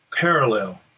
parallel